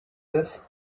this